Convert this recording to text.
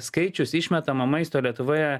skaičius išmetamo maisto lietuvoje